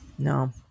No